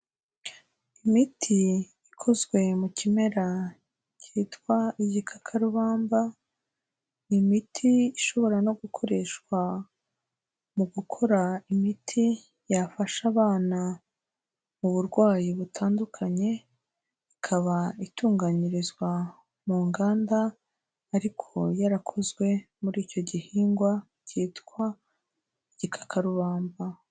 Imiti ikozwe mu kimera cyitwa igikakarubamba, ni imiti ishobora no gukoreshwa mu gukora imiti yafasha abana mu burwayi butandukanye, ikaba itunganyirizwa mu nganda ariko yarakozwe muri icyo gihingwa cyitwa igikakarubamba.